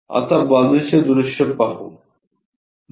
आता बाजूचे दृश्य पाहू